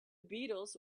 beatles